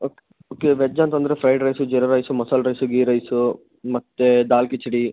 oak okay veg ಅಂತ ಅಂದ್ರೆ fried rice jeera rice masala rice ghee rice ಮತ್ತೇ ದಾಲ್ ಕಿಚಿಡಿ